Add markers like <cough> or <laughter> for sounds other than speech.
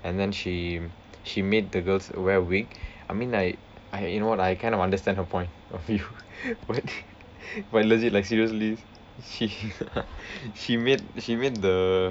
and then she she made the girls wear a wig I mean like I you know lah I kind of understand her point of view <laughs> but but legit like seriously she <laughs> she made she made the